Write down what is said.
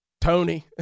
Tony